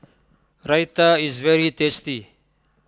Raita is very tasty